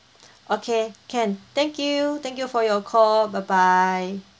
okay can thank you thank you for your call bye bye